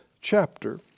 chapter